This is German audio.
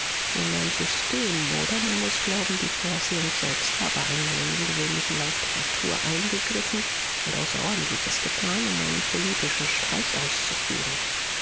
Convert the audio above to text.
sondern system oder man muß glauben die vorsehung selbst habe einmal in den gewöhnlichen lauf der natur eingegriffen und außerordentliches getan um einen politischen streich auszuführen